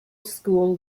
school